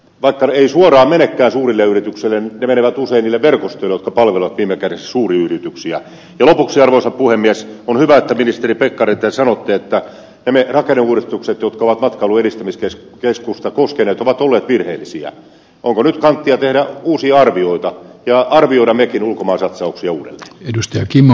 pakko riisua menettää suurelle yritykselle menevät usein verkostunut palvella nimekkäiden suuryrityksiä tulee uusi puhemies kun latoministeri pekkari te sanotte että numerot arvoituksetut kovat matkaluedistämiskes keskusta koskeneet ovat tulleet virheellisillä on kodikkaan ja tehdä uusia arvioita ja arvioida mekin ulkomaansatsauksia edustaja kimmo